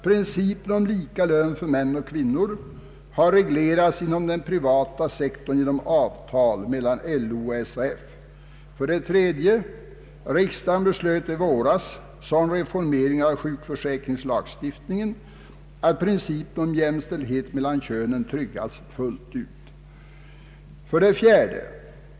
”Principen om lika lön för män och kvinnor med likvärdigt arbete har inom den privata sektorn antagits genom överenskommelse år 1960 mellan LO och Arbetsgivareföreningen.” 3. Riksdagen beslöt i våras såsom reformering av sjukförsäkringslagstiftningen att principen om jämställdhet mellan könen tryggas fullt ut. 4.